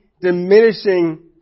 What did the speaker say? diminishing